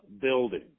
building